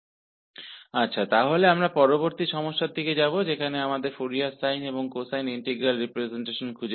ठीक है इसलिए हम सवाल की ओर बढ़ते है जहाँ हमें फ़ोरियर साइन और कोसाइन इंटीग्रल रिप्रजेंटेशन करना है